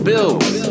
Bills